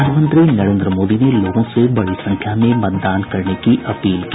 प्रधानमंत्री नरेन्द्र मोदी ने लोगों से बड़ी संख्या में मतदान करने की अपील की